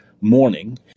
morning